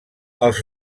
els